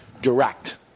direct